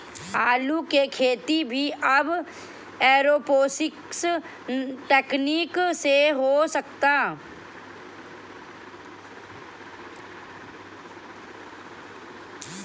आलू के खेती भी अब एरोपोनिक्स तकनीकी से हो सकता